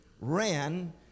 ran